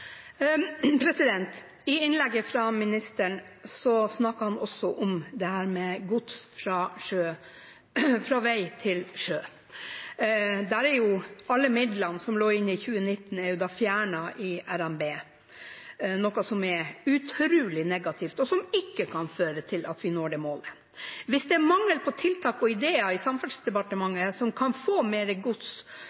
i svaret mitt til komiteen. I innlegget fra statsråden snakket han også om dette med gods fra vei til sjø. Alle midlene som lå inne i 2019-budsjettet, er fjernet i RNB nasjonalbudsjett, noe som er utrolig negativt, og som ikke kan føre til at vi når det målet. Hvis det i Samferdselsdepartementet er mangel på tiltak og ideer